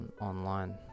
online